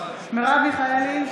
בעד מרב מיכאלי,